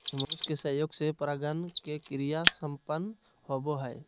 मनुष्य के सहयोग से परागण के क्रिया संपन्न होबो हइ